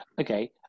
okay